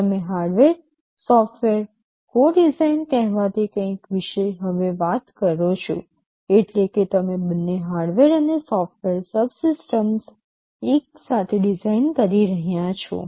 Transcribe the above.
તમે hardware software co design કહેવાતી કંઈક વિશે હવે વાત કરો છો એટલે કે તમે બંને હાર્ડવેર અને સોફ્ટવેર સબસિસ્ટમ્સ એક સાથે ડિઝાઇન કરી રહ્યા છો